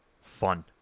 fun